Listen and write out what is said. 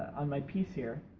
on my piece here.